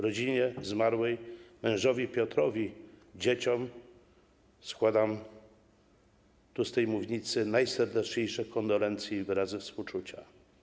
Rodzinie zmarłej, mężowi Piotrowi, dzieciom składam tu z tej mównicy najserdeczniejsze kondolencje i wyrazy współczucia.